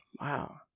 Wow